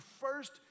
first